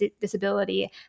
disability